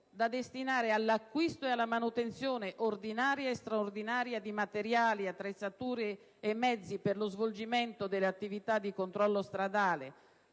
da destinare all'acquisto e alla manutenzione ordinaria e straordinaria di materiali, attrezzature e mezzi per lo svolgimento delle attività di controllo stradale,